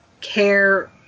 care